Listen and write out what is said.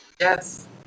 Yes